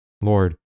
Lord